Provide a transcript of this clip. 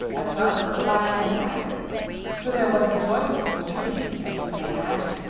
as well as the lion and tiger so there was a joyful reunion, as you may imagine,